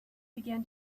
began